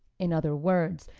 in other words,